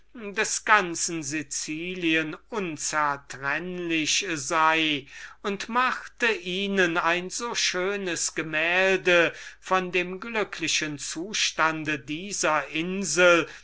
des ganzen sicilien unzertrennlich sei machte ihnen ein so schönes gemälde von dem glücklichen zustande dieser insel